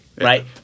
Right